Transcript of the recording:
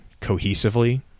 cohesively